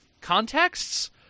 contexts